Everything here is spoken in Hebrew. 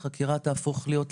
החקירה תהפוך להיות לגלויה.